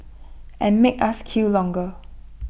and make us queue longer